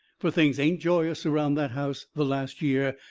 fur things ain't joyous around that house the last year,